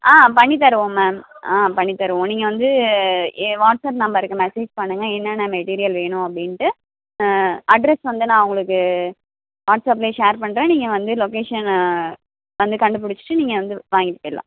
ஆ பண்ணித்தருவோம் மேம் ஆ பண்ணித்தருவோம் நீங்கள் வந்து என் வாட்ஸ்அப் நம்பருக்கு மெசேஜ் பண்ணுங்க என்னென்ன மெட்டிரியல் வேணும் அப்படின்ட்டு அட்ரெஸ் வந்து நான் உங்களுக்கு வாட்ஸ்அப்பில் ஷேர் பண்ணுறேன் நீங்கள் வந்து லொக்கேஷன் வந்து கண்டுபிடிச்சிட்டு நீங்கள் வந்து வாங்கிட்டு போயிட்லாம்